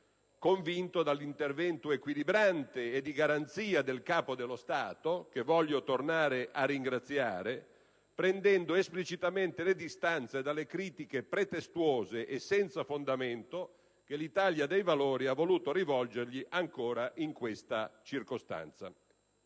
convinto dall'intervento equilibrante e di garanzia del Capo dello Stato, che voglio tornare a ringraziare, prendendo esplicitamente le distanze dalle critiche pretestuose e senza fondamento che l'Italia dei Valori ha voluto rivolgergli ancora in questa circostanza.